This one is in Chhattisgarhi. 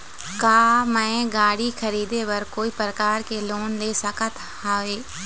का मैं गाड़ी खरीदे बर कोई प्रकार के लोन ले सकत हावे?